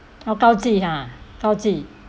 oh gao ji ha gao ji